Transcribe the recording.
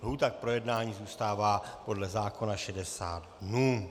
Lhůta k projednání zůstává podle zákona 60 dnů.